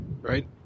Right